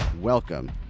Welcome